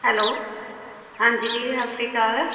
hello ਹਾਂਜੀ ਦੀਦੀ ਸਤਿ ਸ਼੍ਰੀ ਅਕਾਲ